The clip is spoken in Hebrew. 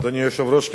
אדוני היושב-ראש,